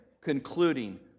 concluding